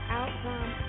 outcome